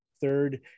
third